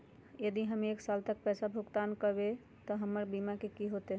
यदि हम एक साल तक पैसा भुगतान न कवै त हमर बीमा के की होतै?